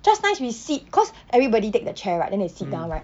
just nice we sit because everybody take the chair right then they sit down right